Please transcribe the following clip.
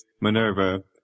Minerva